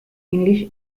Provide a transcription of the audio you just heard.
english